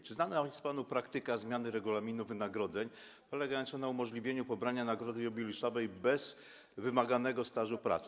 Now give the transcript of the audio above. Czy znana jest panu praktyka zmiany regulaminu wynagrodzeń polegająca na umożliwieniu pobrania nagrody jubileuszowej bez wymaganego stażu pracy?